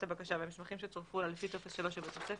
הבקשה והמסמכים שצורפו לה לפי טופס 3 שבתוספת.